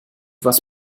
was